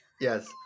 Yes